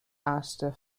astor